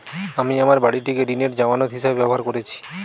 আমি আমার বাড়িটিকে ঋণের জামানত হিসাবে ব্যবহার করেছি